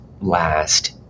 last